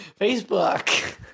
Facebook